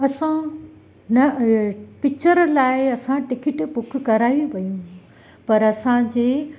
असां न पिच्चर लाइ असां टिकिट बुक कराई हुयूं पर असांजे